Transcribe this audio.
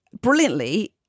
brilliantly